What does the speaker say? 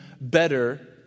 better